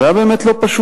וזה היה באמת לא פשוט.